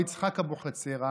הרב יצחק אבוחצירא,